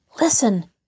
Listen